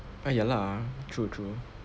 ah ya lah true true